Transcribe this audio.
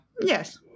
Yes